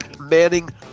manning